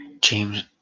James